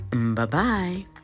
Bye-bye